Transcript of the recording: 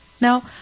Now